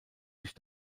sich